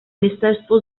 ministerstvo